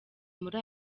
muri